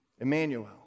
Emmanuel